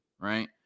right